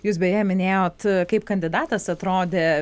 jūs beje minėjot kaip kandidatas atrodė